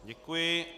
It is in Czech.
Děkuji.